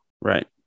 Right